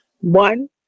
one